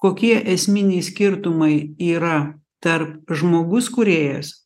kokie esminiai skirtumai yra tarp žmogus kūrėjas